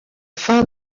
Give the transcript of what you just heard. fin